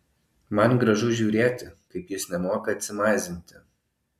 man gražu žiūrėti kaip jis nemoka atsimazinti